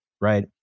right